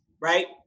right